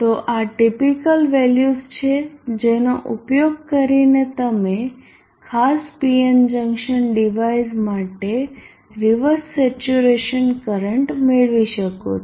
તો આ typical values છે જેનો ઉપયોગ કરીને તમે ખાસ PN જંકશન ડિવાઇસ માટે રીવર્સ સેચ્યુરેશન કરંટ મેળવી શકો છો